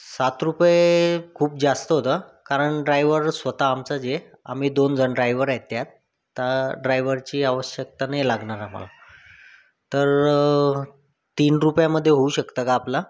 सात रूपये खूप जास्त होतं कारण ड्रायव्हर स्वतः आमचाच आहे आम्ही दोन जण ड्रायव्हर आहे त्यात तर ड्रायव्हरची आवश्यकता नाही लागणार आम्हाला तर तीन रूपयामध्ये होऊ शकतं का आपला